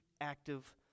active